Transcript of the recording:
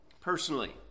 personally